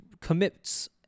commits